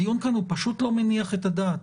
הדיון כאן פשוט לא מניח את הדעת.